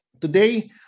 Today